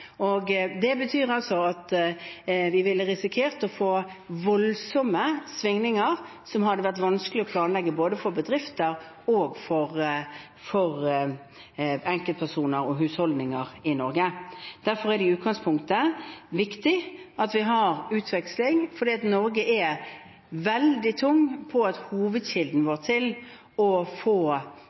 Det betyr at vi ville ha risikert å få voldsomme svingninger som ville ha vært vanskelig å planlegge både for bedrifter og for enkeltpersoner og husholdninger i Norge. Derfor er det i utgangspunktet viktig at vi har utveksling, fordi Norge er veldig tungt inne i – og hovedkilden vår til å få